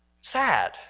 sad